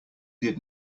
did